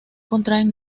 contraen